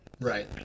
Right